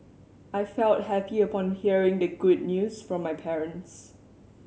I felt happy upon hearing the good news from my parents